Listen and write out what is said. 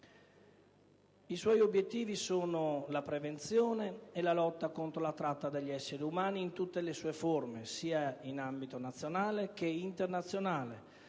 I suoi obiettivi sono la prevenzione e la lotta contro la tratta degli esseri umani in tutte le sue forme, sia in ambito nazionale che internazionale,